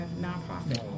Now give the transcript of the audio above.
non-profit